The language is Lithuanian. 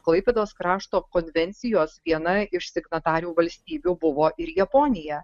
klaipėdos krašto konvencijos viena iš signatarių valstybių buvo ir japonija